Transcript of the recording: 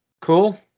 cool